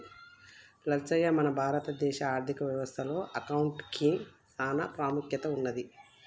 లచ్చయ్య మన భారత దేశ ఆర్థిక వ్యవస్థ లో అకౌంటిగ్కి సాన పాముఖ్యత ఉన్నది